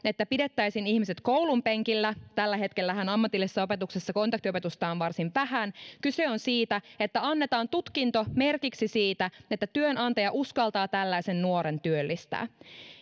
että pidettäisiin ihmiset koulunpenkillä tällä hetkellähän ammatillisessa opetuksessa kontaktiopetusta on varsin vähän vaan kyse on siitä että annetaan tutkinto merkiksi siitä että työnantaja uskaltaa tällaisen nuoren työllistää